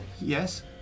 Yes